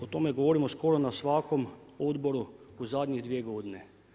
O tome govorimo skoro na svakom odboru u zadnje 2 godine.